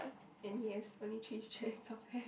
and he has only three strands of hair